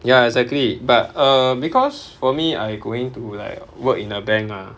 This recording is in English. ya exactly but err because for me I going to like work in a bank ah